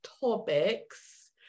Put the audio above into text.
topics